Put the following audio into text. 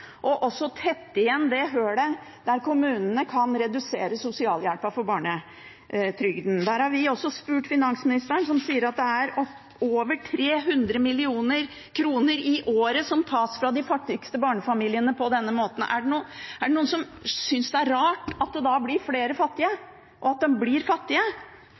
og også tette igjen det hullet der kommunene kan redusere sosialhjelpen for mottakere av barnetrygd. Der har vi også spurt finansministeren, som sier at over 300 mill. kr i året tas fra de fattigste barnefamiliene på denne måten. Er det noen som synes det er rart at det da blir flere fattige, og at de blir fattige?